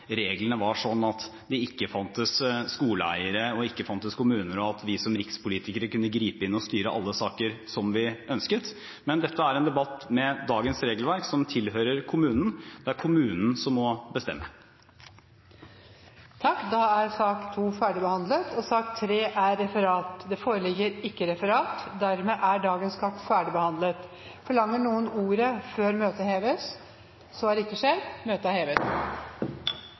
reglene var slik at det ikke fantes skoleeiere og ikke fantes kommuner, og at vi som rikspolitikere kunne gripe inn og styre alle saker som vi ønsket. Men dette er en debatt – med dagens regelverk – som tilhører kommunen. Det er kommunen som må bestemme. Dermed er sak nr. 2 ferdigbehandlet. Det foreligger ikke noe referat. Dermed er dagens kart ferdigbehandlet. Forlanger noen ordet før møtet heves? – Møtet er hevet.